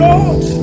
Lord